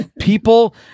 people